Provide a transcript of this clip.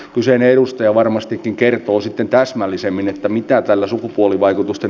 kun sen edustaja varmastikin kertoo sitten täsmällisemmin mitä arvoisa puhemies